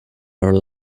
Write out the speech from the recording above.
are